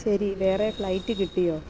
ശരി വേറെ ഫ്ലൈറ്റ് കിട്ടിയോ